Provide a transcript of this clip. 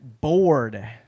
bored